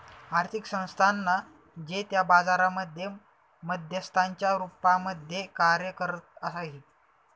आर्थिक संस्थानांना जे त्या बाजारांमध्ये मध्यस्थांच्या रूपामध्ये कार्य करत आहे